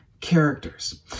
characters